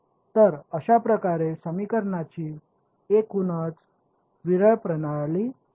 तर अशाप्रकारे समीकरणांची एकूणच विरळ प्रणाली मिळते